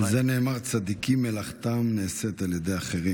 על זה נאמר: צדיקים מלאכתם נעשית על ידי אחרים.